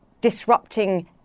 disrupting